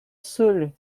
soul